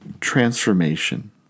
transformation